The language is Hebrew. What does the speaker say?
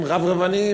הם רברבנים,